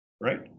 Right